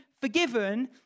forgiven